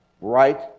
right